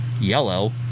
yellow